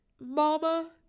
Mama